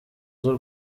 z’u